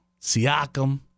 Siakam